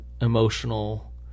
emotional